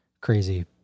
crazy